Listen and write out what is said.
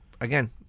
again